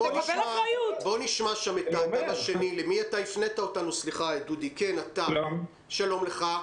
בואו נשמע את לירן שפיגל, שלום לך.